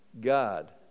God